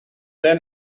then